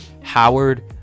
Howard